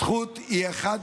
זכות שהיא אחת